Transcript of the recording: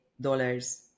dollars